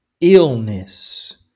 illness